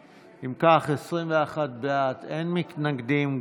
אם כך, בעד, 21, נגד, אין, אין מתנגדים.